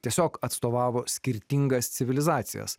tiesiog atstovavo skirtingas civilizacijas